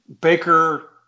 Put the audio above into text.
Baker